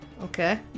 Okay